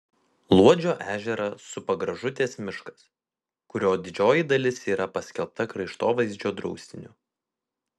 luodžio ežerą supa gražutės miškas kurio didžioji dalis yra paskelbta kraštovaizdžio draustiniu